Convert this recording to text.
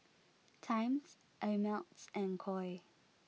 Times Ameltz and Koi